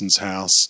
house